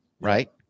right